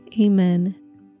Amen